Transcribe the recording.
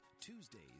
Tuesdays